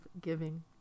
giving